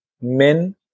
men